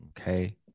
Okay